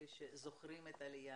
אלה שזוכרים את העלייה,